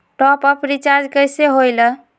Top up recharge कइसे होएला?